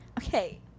Okay